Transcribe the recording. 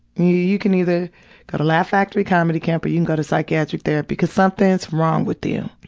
you you can either go to laugh factory comedy camp, or you can go to psychiatric therapy. cause somethin's wrong with you.